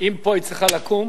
אם פה היא צריכה לקום,